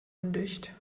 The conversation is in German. undicht